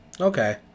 Okay